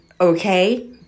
okay